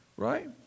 Right